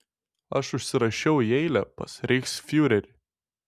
aš užsirašiau į eilę pas reichsfiurerį